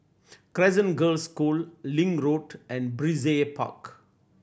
Crescent Girls' School Link Road and Brizay Park